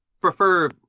Prefer